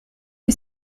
que